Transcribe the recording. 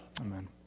amen